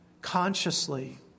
consciously